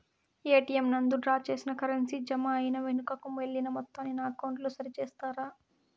ATM నందు draw చేసిన currency జామ అయి వెనుకకు వెళ్లిన మొత్తాన్ని నా అకౌంట్ లో సరి చేస్తారా?